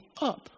up